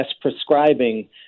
prescribing